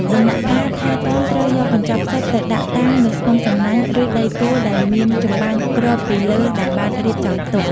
ដំណាក់កាលថែទាំត្រូវយកកញ្ចប់ផ្សិតទៅដាក់តាំងនៅក្នុងសំណាញ់ ឬដីទួលដែលមានចំប៉ើងគ្រប់ពីលើដែលបានរៀបចំទុក។